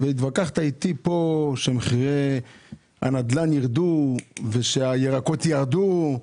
התווכחת איתי שמחירי הנדל"ן יירדו, ושהירקות ירדו.